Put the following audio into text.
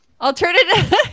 Alternative